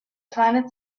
planet